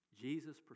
Jesus